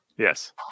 Yes